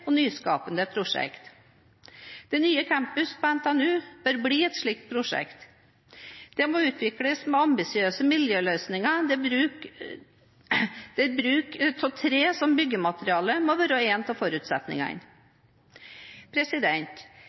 og nyskapende prosjekter. Den nye campusen på NTNU bør bli et slikt prosjekt. Det må utvikles med ambisiøse miljøløsninger, der bruk av tre som byggemateriale må være en av forutsetningene.